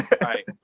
right